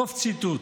סוף ציטוט.